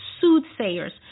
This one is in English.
soothsayers